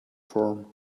form